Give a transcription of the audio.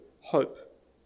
hope